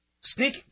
Sneak